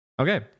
Okay